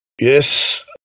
yes